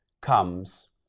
comes